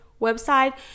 website